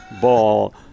ball